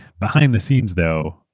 behind the scenes though,